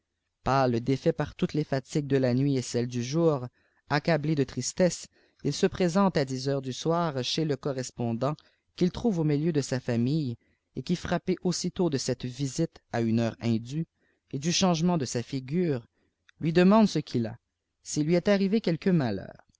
incertitude pâle défait pw toutes fes ligues de la nuit et celles du jour accable de tristes il se msente à dix heures du soir chez le correspondant qdilirbuve au milieu de sa iamille et qui frappe aussitôt de cette ite à une heure indue et du changement de sa figure lui demapde ce tt'ili s'il lui est arrive quelque malheur